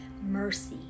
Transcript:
Mercy